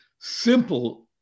Simple